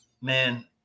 man